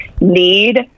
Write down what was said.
need